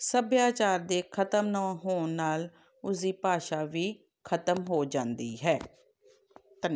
ਸੱਭਿਆਚਾਰ ਦੇ ਖ਼ਤਮ ਨ ਹੋਣ ਨਾਲ਼ ਉਸਦੀ ਭਾਸ਼ਾ ਵੀ ਖ਼ਤਮ ਹੋ ਜਾਂਦੀ ਹੈ ਧੰਨ